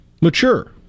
mature